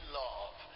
love